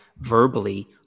verbally